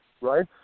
right